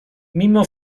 mimo